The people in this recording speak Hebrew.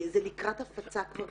זה כבר